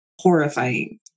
horrifying